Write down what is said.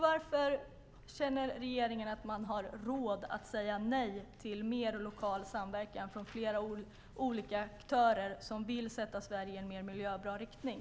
Varför känner regeringen att man har råd att säga nej till mer lokal samverkan från flera olika aktörer som vill sätta Sverige i en mer miljöbra riktning?